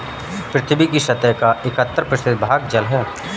पृथ्वी की सतह का इकहत्तर प्रतिशत भाग जल है